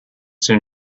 soon